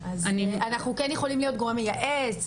אנחנו כן יכולים להיות גורם מייעץ,